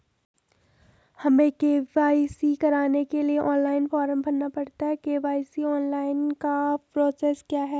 हमें के.वाई.सी कराने के लिए क्या ऑनलाइन फॉर्म भरना पड़ता है के.वाई.सी ऑनलाइन का प्रोसेस क्या है?